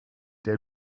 der